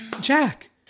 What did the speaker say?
Jack